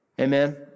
Amen